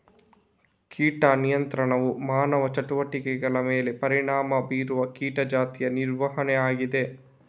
ಕೀಟ ನಿಯಂತ್ರಣವು ಮಾನವ ಚಟುವಟಿಕೆಗಳ ಮೇಲೆ ಪರಿಣಾಮ ಬೀರುವ ಕೀಟ ಜಾತಿಯ ನಿರ್ವಹಣೆಯಾಗಿದೆ